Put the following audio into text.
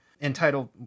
entitled